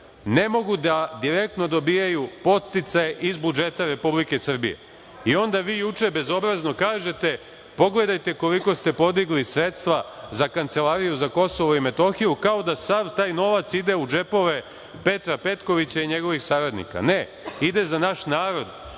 ne mogu da direktno dobijaju podsticaje iz budžeta Republike Srbije i onda vi juče bezobrazno kažete – pogledajte koliko ste podigli sredstva za Kancelariju za Kosovo i Metohiju, kao da sav taj novac ide u džepove Petra Petkovića i njegovih saradnika. Ne, ide za naš narod